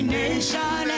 nation